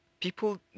people